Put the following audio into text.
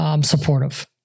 supportive